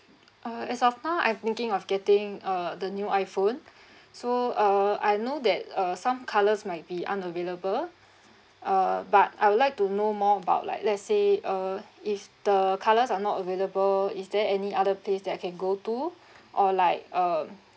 uh as of now I'm thinking of getting uh the new iphone so uh I know that uh some colours might be unavailable uh but I would like to know more about like let's say uh if the colours are not available is there any other place that I can go to or like um